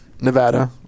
Nevada